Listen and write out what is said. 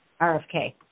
RFK